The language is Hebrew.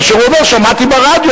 כאשר הוא אומר "שמעתי ברדיו",